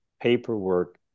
paperwork